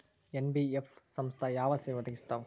NBF ಸಂಸ್ಥಾ ಯಾವ ಸೇವಾ ಒದಗಿಸ್ತಾವ?